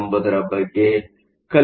ಎಂಬುದರ ಬಗ್ಗೆ ಕಲಿಯೋಣ